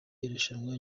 irushanwa